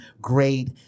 great